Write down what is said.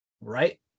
right